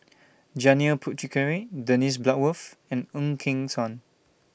Janil Puthucheary Dennis Bloodworth and Ng Eng Hen